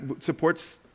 supports